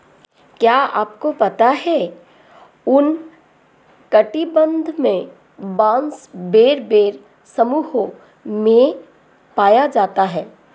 क्या आपको पता है उष्ण कटिबंध में बाँस बड़े बड़े समूहों में पाया जाता है?